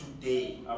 today